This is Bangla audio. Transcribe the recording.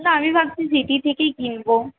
না আমি ভাবছি সিটি থেকেই কিনবো